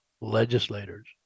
legislators